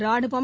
ராணுவம்